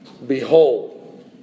Behold